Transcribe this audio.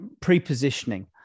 pre-positioning